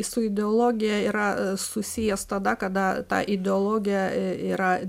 su ideologija yra susijęs tada kada ta ideologija yra